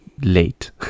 late